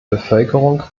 bevölkerung